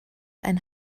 ein